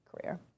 career